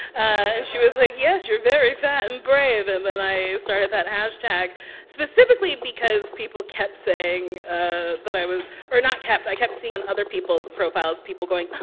and she was like, yes, you're very fat and brave. and then i started that hashtag specifically because people kept saying ah that i was or not kept. i kept seeing on other people's profiles people going,